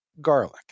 garlic